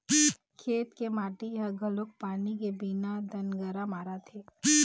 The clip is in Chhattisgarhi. खेत के माटी ह घलोक पानी के बिना दनगरा मारत हे